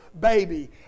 baby